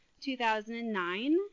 2009